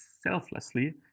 selflessly